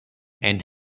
and